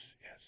yes